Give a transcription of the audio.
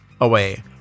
away